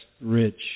rich